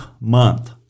month